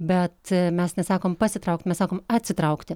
bet mes nesakom pasitraukt mes sakom atsitraukti